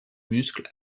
muscle